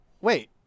Wait